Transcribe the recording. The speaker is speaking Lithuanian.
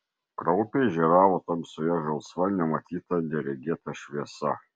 kraupiai žėravo tamsoje žalsva nematyta neregėta šviesa